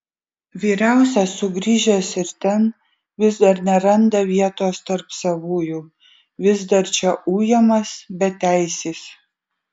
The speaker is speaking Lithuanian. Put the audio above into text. vyriausias sugrįžęs ir ten vis dar neranda vietos tarp savųjų vis dar čia ujamas beteisis